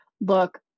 look